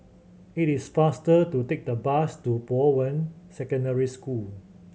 it is faster to take the bus to Bowen Secondary School